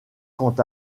quant